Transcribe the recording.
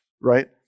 right